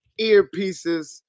earpieces